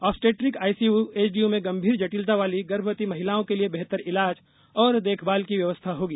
obstetric ICU HDU में गंभीर जटिलता वाली गर्भवती महिलाओं के लिए बेहतर इलाज और देखभाल की व्यवस्था होगी